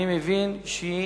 בבקשה,